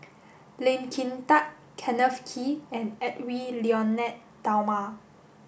Lee Kin Tat Kenneth Kee and Edwy Lyonet Talma